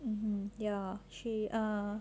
um hmm ya she err